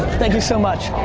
thank you so much.